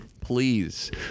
please